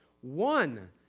One